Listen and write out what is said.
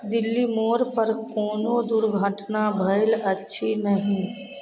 दिल्ली मोड़ पर कोनो दुर्घटना भेल अछि नहि